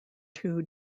two